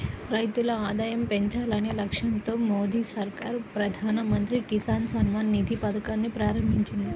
రైతుల ఆదాయం పెంచాలనే లక్ష్యంతో మోదీ సర్కార్ ప్రధాన మంత్రి కిసాన్ సమ్మాన్ నిధి పథకాన్ని ప్రారంభించింది